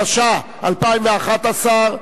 התשע"א 2011,